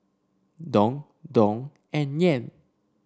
Dong Dong and Yen